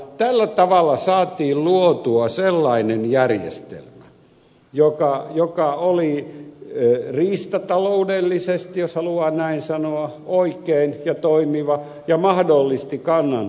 tällä tavalla saatiin luotua sellainen järjestelmä joka oli riistataloudellisesti jos haluaa näin sanoa oikein ja toimiva ja mahdollisti kannan runsastumisen